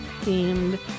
themed